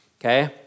okay